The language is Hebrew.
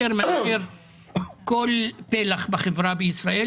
יותר מאשר כל פלח בחברה בישראל,